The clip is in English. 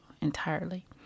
entirely